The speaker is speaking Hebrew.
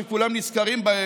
שכולם נזכרים בהם: